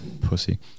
Pussy